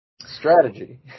Strategy